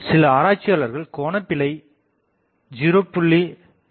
சில ஆராய்ச்சியாளர்கள் கோணபிழை 0